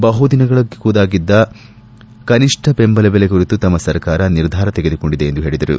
ಬಹುದಿನಗಳ ಕೂಗಾಗಿದ್ದ ಕನಿಷ್ಠ ದೆಂಬಲ ಬೆಲೆ ಕುರಿತು ತಮ್ಮ ಸರ್ಕಾರ ನಿರ್ಧಾರ ತೆಗೆದುಕೊಂಡಿದೆ ಎಂದು ಹೇಳಿದರು